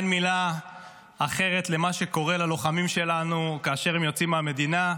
אין מילה אחרת למה שקורה ללוחמים שלנו כאשר הם יוצאים מהמדינה,